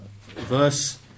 verse